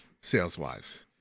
sales-wise